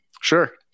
Sure